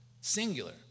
singular